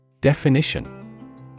Definition